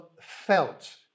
felt